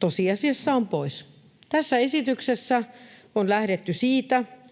tosiasiassa ovat pois. Tässä esityksessä on lähdetty siitä, että